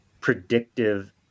predictive